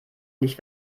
nicht